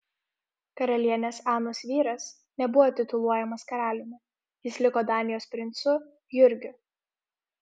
karalienės anos vyras nebuvo tituluojamas karaliumi jis liko danijos princu jurgiu